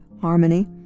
harmony